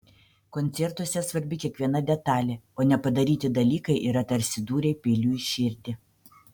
koncertuose svarbi kiekviena detalė o nepadaryti dalykai yra tarsi dūriai peiliu į širdį